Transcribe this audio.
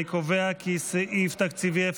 אני קובע כי סעיף תקציבי 02,